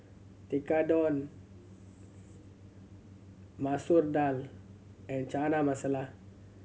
Tekkadon Masoor Dal and Chana Masala